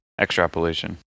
extrapolation